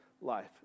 life